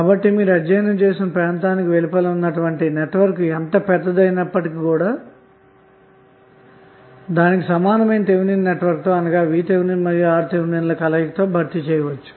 కాబట్టిమీరు అధ్యయనం చేసిన ప్రాంతానికి వెలుపలఉన్నటువంటి నెట్వర్క్ యెంత పెద్దదైనప్పటికీ దానికి సమానమైన థెవెనిన్నెట్వర్క్తో అనగా VTh మరియు RTh ల కలయిక తో భర్తీ చేయవచ్చు